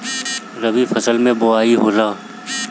रबी फसल मे बोआई होला?